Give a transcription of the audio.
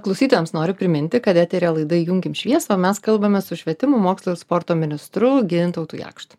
klausytojams noriu priminti kad eteryje laida įjunkim šviesą o mes kalbame su švietimo mokslo ir sporto ministru gintautu jakštu